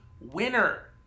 winner